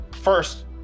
first